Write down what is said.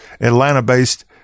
Atlanta-based